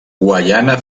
guaiana